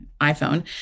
iPhone